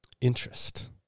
interest